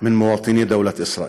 מן מואטני דוולאת אסראיל",